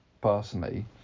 personally